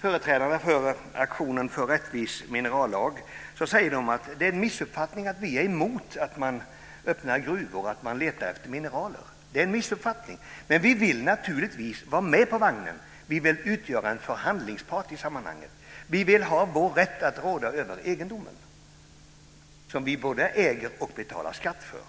Företrädare för aktionsgruppen För rättvis minerallag säger att det är en missuppfattning att de är emot att man öppnar gruvor och letar efter mineral. Det är en missuppfattning, men man vill naturligtvis vara med på vagnen och utgöra en förhandlingspart i sammanhanget. Man vill ha sin rätt att råda över den egendom som man både äger och betalar skatt för.